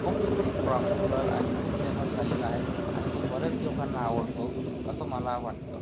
खूप प्रापुलर आणि खूप फेमस झालेला आहे आणि तो बरेच लोकांना आवडतो असं मला वाटतं